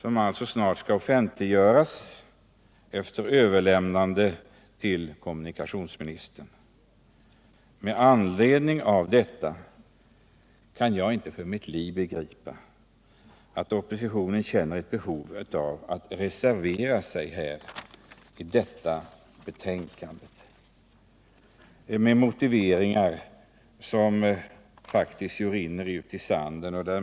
Den skall snart offentliggöras efter att ha överlämnats till kommunikationsministern. Därför kan jag inte för mitt liv begripa varför oppositionen känner ett behov av att reservera sig i detta betänkande med motiveringar som faktiskt rinner ut i sanden.